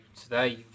today